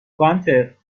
گانتر